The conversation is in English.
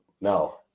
No